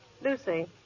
Lucy